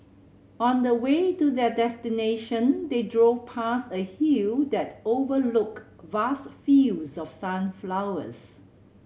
on the way to their destination they drove past a hill that overlooked vast fields of sunflowers